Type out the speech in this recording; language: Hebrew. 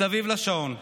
מסביב לשעון.